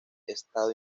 estado